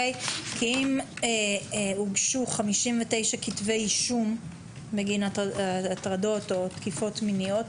כי אם הוגשו 59 כתבי אישום בגין הטרדות או תקיפות מיניות,